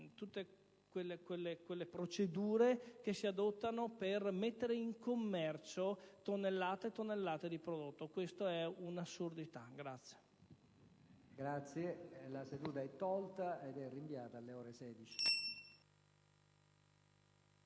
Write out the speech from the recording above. tutte quelle procedure che si adottano per mettere in commercio tonnellate e tonnellate di prodotto. È un'assurdità!